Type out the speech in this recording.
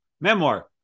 memoir